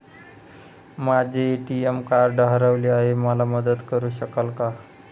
माझे ATM card हरवले आहे, मला मदत करु शकाल का?